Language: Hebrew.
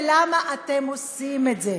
ולמה אתם עושים את זה?